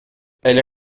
elle